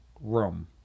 room